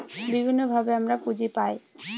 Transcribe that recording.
বিভিন্নভাবে আমরা পুঁজি পায়